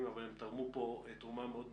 אבל הם תרמו כאן תרומה מאוד משמעותית.